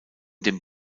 dem